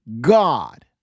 God